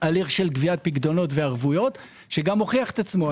של גביית פיקדונות וערבויות שגם מוכיח עצמו.